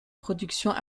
production